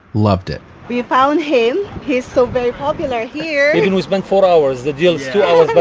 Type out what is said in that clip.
loved it we found him, he's so very popular here even we spent four hours, the deal's two ah but